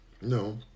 No